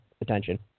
attention